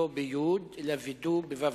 לא ביו"ד, אלא וידוא בו"יו-אל"ף.